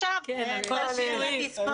אין פתרון לילדים בסיכון, לצערנו הרב.